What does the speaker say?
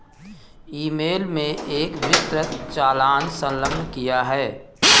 ई mail में एक विस्तृत चालान संलग्न किया है